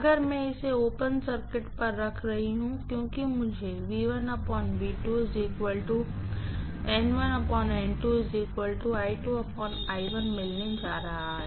अगर मैं इसे ओपन सर्किट पर रख रही हूँ क्योंकि मुझे मिलने जा रहा है